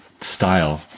style